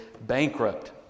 bankrupt